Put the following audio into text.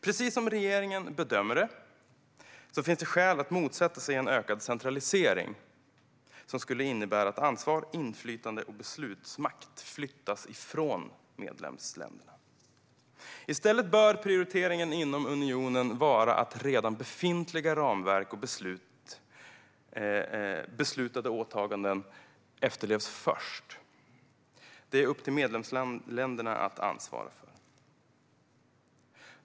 Precis som regeringen bedömer finns det skäl att motsätta sig en ökad centralisering som skulle innebära att ansvar, inflytande och beslutsmakt flyttas från medlemsländerna. I stället bör prioriteringen inom unionen vara att redan befintliga ramverk och beslutade åtaganden efterlevs först. Det är upp till medlemsländerna att ansvara för det.